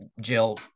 Jill